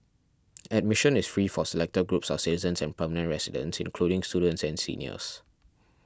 admission is free for selected groups of citizens and permanent residents including students and seniors